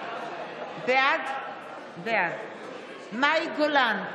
בעד מאי גולן,